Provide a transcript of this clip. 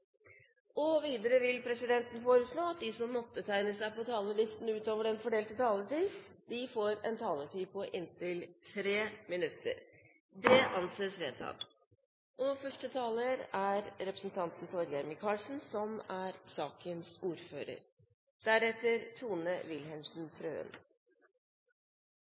og fem replikker med svar etter innlegg fra medlemmer av regjeringen innenfor den fordelte taletid. Videre blir det foreslått at de som måtte tegne seg på talerlisten utover den fordelte taletid, får en taletid på inntil 3 minutter. – Det anses vedtatt.